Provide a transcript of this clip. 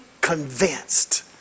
convinced